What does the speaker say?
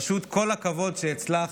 פשוט כל הכבוד שהצלחת.